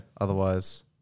otherwise